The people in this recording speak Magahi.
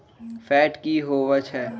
फैट की होवछै?